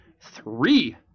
three